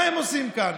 מה הם עושים כאן?